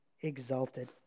exalted